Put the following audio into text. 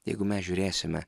jeigu mes žiūrėsime